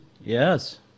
Yes